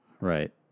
Right